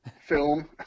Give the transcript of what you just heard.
film